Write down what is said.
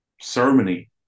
ceremony